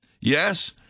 Yes